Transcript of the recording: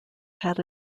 had